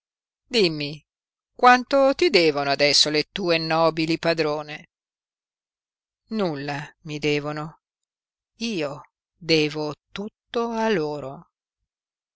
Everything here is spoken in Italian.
dimmi quanto ti devono adesso le tue nobili padrone nulla mi devono io devo tutto a loro